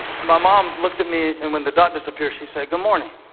my mom looked at me, and when the dot disappeared she said, good morning.